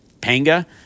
panga